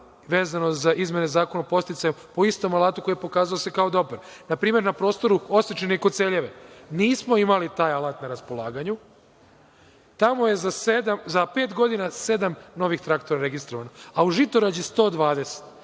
vezano za izmene Zakona o podsticajima, po istom alatu koji se pokazao kao dobar. Na primer na prostoru Osečine i Koceljeve, nismo imali taj alat na raspolaganju. Tamo je za sedam, za pet godina, sedam novih traktora registrovano a u Žitorađu 120,